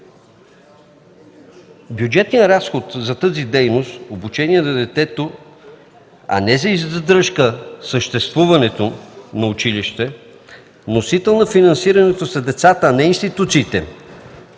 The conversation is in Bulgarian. Бюджетният разход за тази дейност е за обучение на детето, а не за издръжка на съществуването на училище. Носител на финансирането са децата, а не институциите.